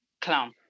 Clown